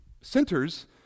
centers